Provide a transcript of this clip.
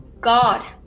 god